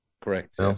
Correct